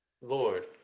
Lord